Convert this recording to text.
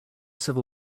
civil